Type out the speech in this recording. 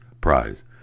prize